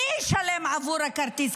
אני אשלם עבור הכרטיס.